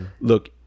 look